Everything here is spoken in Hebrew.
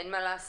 אין מה לעשות.